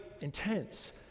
intense